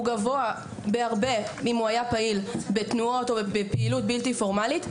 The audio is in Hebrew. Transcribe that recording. הוא גבוה בהרבה אם הוא היה פעיל בתנועות או בפעילות בלתי פורמלית,